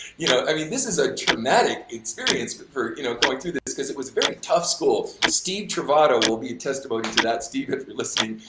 you know, i mean this is a traumatic experience, but for, you know, going through this because it was a very tough school, steve trovato will be a testimony to that, steve if you're listening,